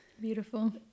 beautiful